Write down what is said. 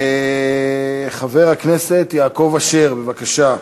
חבר הכנסת יעקב אשר, בבקשה.